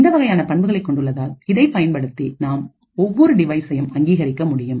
இந்த வகையான பண்புகளைக் கொண்டுள்ளதால் இதைப் பயன்படுத்தி நாம் ஒவ்வொரு டிவைஸ்சையும் அங்கீகரிக்க முடியும்